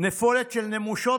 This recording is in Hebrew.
"נפולת של נמושות",